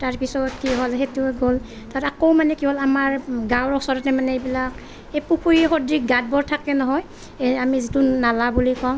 তাৰ পিছত কি হ'ল সেইটো গ'ল তাত আকৌ মানে কি হ'ল আমাৰ গাঁৱৰ ওচৰতে মানে এইবিলাক এই পুখুৰী সদৃশ গাঁতবোৰ থাকে নহয় এই আমি যিটো নালা বুলি কওঁ